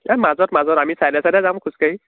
এই মাজত মাজত আমি চাইডে চাইডে যাম খোজকাঢ়ি